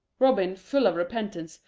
robin, full of repentance,